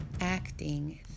acting